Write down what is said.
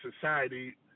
society